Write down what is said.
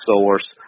source